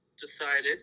decided